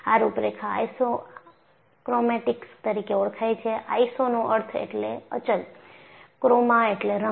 આ રૂપરેખા આઇસોક્રોમેટિક્સ તરીકે ઓળખાય છે આઈસોનો અર્થ એટલે અચલ ક્રોમા એટલે રંગ